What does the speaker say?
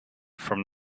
from